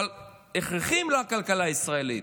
אבל הכרחיים לכלכלה הישראלית.